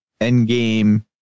Endgame